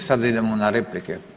I sada idemo na replike.